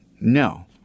No